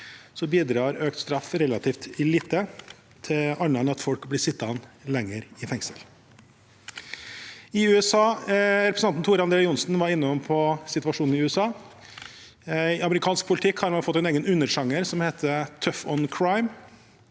bidrar økt straff relativt lite, annet enn til at folk blir sittende lenger i fengsel. Representanten Tor André Johnsen var innom situasjonen i USA. I amerikansk politikk har man fått en egen undersjanger som heter «tough on crime».